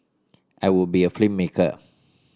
I would be a filmmaker